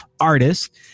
artist